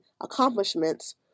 accomplishments